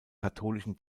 katholischen